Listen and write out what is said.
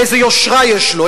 איזה יושרה יש לו?